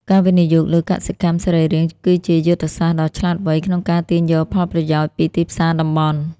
ការវិនិយោគលើកសិកម្មសរីរាង្គគឺជាយុទ្ធសាស្ត្រដ៏ឆ្លាតវៃក្នុងការទាញយកផលប្រយោជន៍ពីទីផ្សារតំបន់។